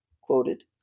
quoted